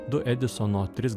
du edisono tris